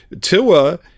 Tua